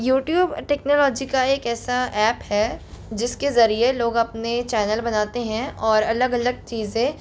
YouTube technology का एक ऐसा ऐप है जिसके जरिए लोग अपने चैनल बनाते हैं और अलग अलग चीज़ें